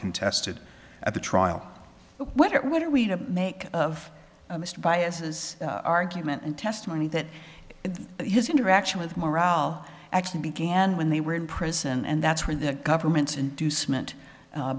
contested at the trial what are we to make of mr byass argument and testimony that his interaction with morale actually began when they were in prison and that's where the government's inducement